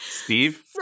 Steve